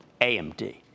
AMD